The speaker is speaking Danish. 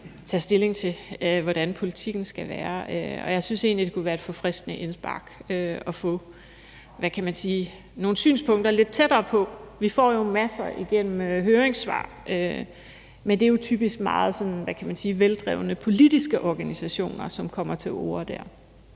tage stilling til, hvordan politikken skal være, og jeg synes egentlig, at det kunne være et forfriskende indspark at få, hvad kan man sige, nogle synspunkter lidt tættere på. Vi får jo masser igennem høringssvar, men det er jo typisk sådan meget veldrevne politiske organisationer, som kommer til orde dér.